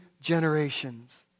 generations